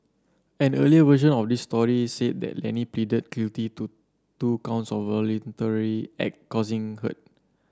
an earlier version of this story said that Lenny pleaded guilty to two counts of causing hurt